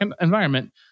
environment